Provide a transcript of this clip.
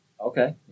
Okay